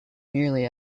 merely